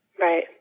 Right